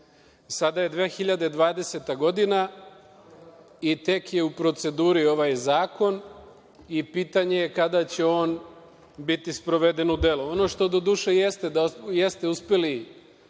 je 2020. godina i tek je u proceduri ovaj zakon. Pitanje je kada će on biti sproveden u delo? Ono što doduše jeste uspeli